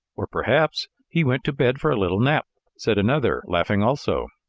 or, perhaps, he went to bed for a little nap, said another, laughing also.